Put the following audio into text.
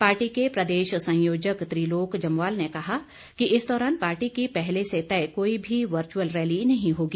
party के प्रदेश संयोजक त्रिलोक जमवाल ने कहा कि इस दौरान पार्टी की पहले से तय कोई भी वर्चुअल रैली नहीं होगी